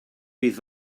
bydd